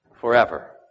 forever